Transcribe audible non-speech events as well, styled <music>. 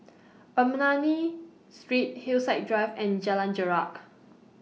<noise> Ernani Street Hillside Drive and Jalan Jarak